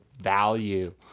value